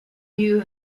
you